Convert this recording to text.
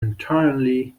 entirely